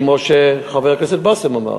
כמו שחבר הכנסת באסל אמר,